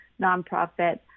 nonprofit